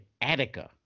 Attica